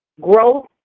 growth